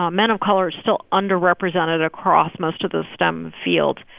um men of color still underrepresented across most of the stem fields.